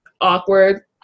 awkward